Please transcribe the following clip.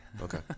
Okay